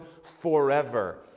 forever